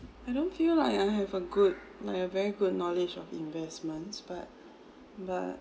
I don't feel like I have a good like a very good knowledge of investments but but